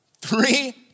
three